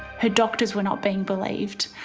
her doctors were not being believed.